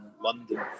London